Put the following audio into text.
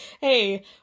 hey